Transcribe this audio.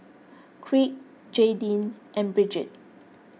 Crete Jaydin and Brigid